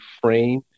frame